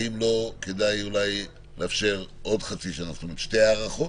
האם לא כדאי לאפשר עוד חצי שנה, כלומר שתי הארכות?